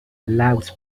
allows